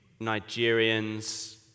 Nigerians